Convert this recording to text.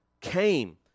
came